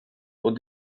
och